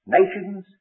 nations